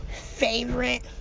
favorite